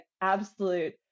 absolute